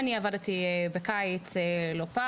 אנחנו מיודדות כבר הרבה זמן,